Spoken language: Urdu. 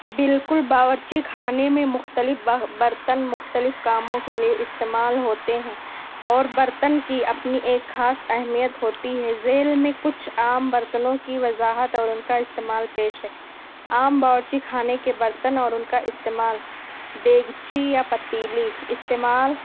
بالکل باورچی خانے میں مختلف برتن مختلف کاموں کے لیے استعمال ہوتے ہیں اور برتن کی اپنی ایک خاص اہمیت ہوتی ہے ذیل میں کچھ عام برتنوں کی وضاحت اور ان کا استعمال پیش ہے عام باورچی خانے کے برتن اور ان کا استعمال دیگچی یا پتیلی استعمال